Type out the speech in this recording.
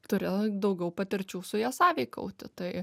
turi daugiau patirčių su ja sąveikauti tai